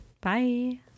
Bye